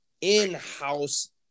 in-house